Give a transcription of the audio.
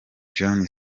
john